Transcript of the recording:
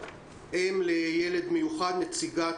כל הגוף הזה שקשור לחינוך המיוחד נשלט